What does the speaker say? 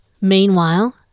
Meanwhile